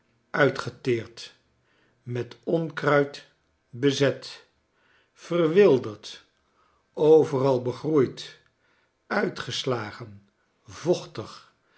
uitgeteerd met onkruid bezet verwilderd overal begroeid uitgeslagen vochtig